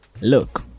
look